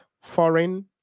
foreign